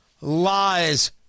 lies